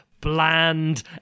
bland